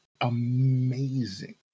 amazing